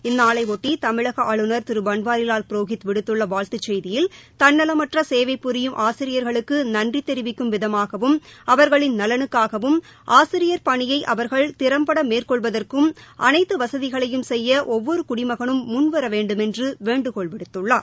இந்நாளையொட்டி தமிழக ஆளுநர் திரு பன்வாரிவால் புரோஹித் விடுத்துள்ள வாழ்த்து செய்தியில் தள்ளலமற்ற சேவை புரியும் ஆசிரியர்களுக்கு நன்றி தெரிவிக்கும் விதமாகவும் அவர்களின் நலனுக்காகவும் ஆசிரியர் பணியை அவர்கள் திறம்பட மேற்கொள்வதற்கும் அனைத்து வசதிகளையும் செய்ய ஒவ்வொரு குடிமகனும் முன்வர வேண்டுமென்று வேண்டுகோள் விடுத்துள்ளார்